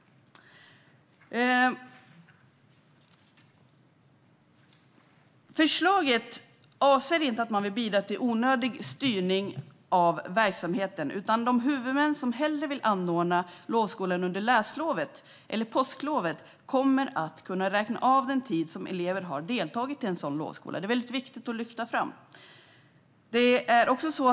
Förslaget avser inte att bidra till onödig styrning av verksamheten, utan de huvudmän som hellre vill anordna lovskolan under läslovet eller påsklovet kommer att kunna räkna av den tid som elever har deltagit i en sådan lovskola. Det är mycket viktigt att lyfta fram det.